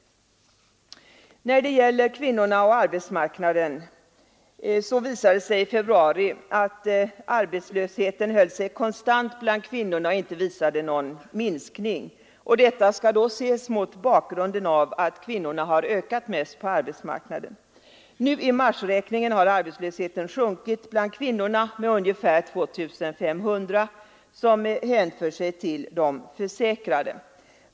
När det gäller kvinnorna och arbetsmarknaden visade det sig vid februariräkningen att arbetslösheten höll sig konstant bland kvinnorna och inte visade någon minskning. Detta skall då ses mot bakgrunden av att antalet kvinnor ökat mest på arbetsmarknaden. Nu i marsräkningen har arbetslösheten sjunkit bland kvinnorna med ungefär 2 500 försäkrade personer.